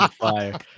Fire